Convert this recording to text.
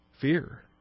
fear